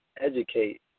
educate